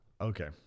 Okay